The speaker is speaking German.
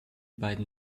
beiden